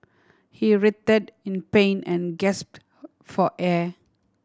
he writhed in pain and gasped for air